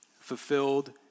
fulfilled